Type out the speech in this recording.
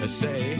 say